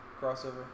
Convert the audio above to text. crossover